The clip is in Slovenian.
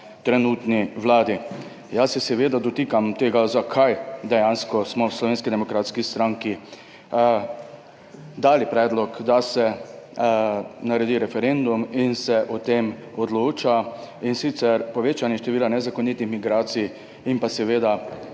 trenutni Vladi. Jaz se seveda dotikam tega, zakaj dejansko smo v Slovenski demokratski stranki dali predlog, da se naredi referendum in se o tem odloča, in sicer povečanje števila nezakonitih migracij in pa seveda,